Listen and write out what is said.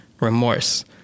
remorse